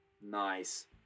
Nice